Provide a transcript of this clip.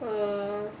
err